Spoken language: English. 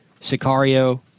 Sicario